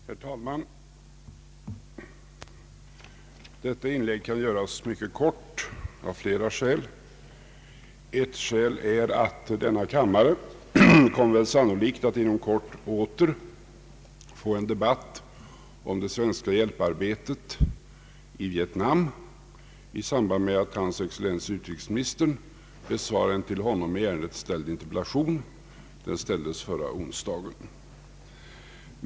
Herr talman! Detta inlägg kan göras mycket kort av flera skäl. Ett skäl är att denna kammare väl sannolikt kommer att inom kort åter få en debatt om det svenska hjälparbetet i Vietnam i samband med att hans excellens utrikesministern besvarar en till honom i ärendet ställd interpellation — den ställdes förra onsdagen.